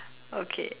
okay